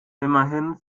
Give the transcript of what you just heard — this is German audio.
immerhin